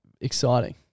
exciting